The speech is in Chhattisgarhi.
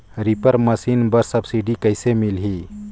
रीपर मशीन बर सब्सिडी कइसे मिलही?